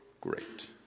Great